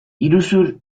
iruzur